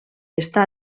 està